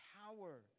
Power